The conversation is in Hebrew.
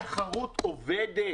התחרות עובדת